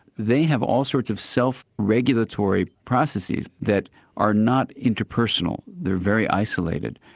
they have all sorts of self-regulatory processes that are not interpersonal, they are very isolated.